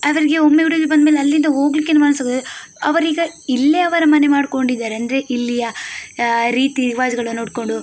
ಅವರಿಗೆ ಒಮ್ಮೆ ಊರಿಗೆ ಬಂದ್ಮೇಲೆ ಅಲ್ಲಿಂದ ಹೋಗಲಿಕ್ಕೆನೇ ಮನಸ್ಸಾಗೋದಿಲ್ಲ ಅವರೀಗ ಇಲ್ಲೇ ಅವರ ಮನೆ ಮಾಡ್ಕೊಂಡಿದ್ದಾರೆ ಅಂದರೆ ಇಲ್ಲಿಯ ರೀತಿ ರಿವಾಜುಗಳನ್ನ ನೋಡ್ಕೊಂಡು